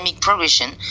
progression